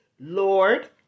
Lord